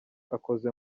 akoze